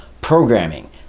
Programming